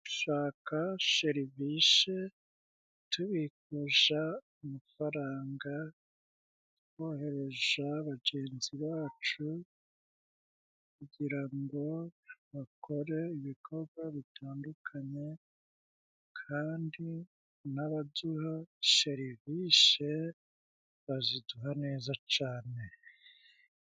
Gushaka sherivishe tubikusha amafaranga twohereja bagenzi bacu, kugirango bakore ibikorwa bitandukanye kandi n'abaduha sherivishe baziduha neza cane.